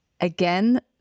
Again